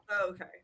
Okay